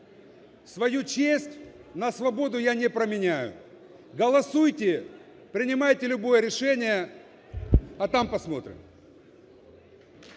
Свою честь на свободу я не променяю. Голосуйте, принимайте любое решение, а там посмотрим.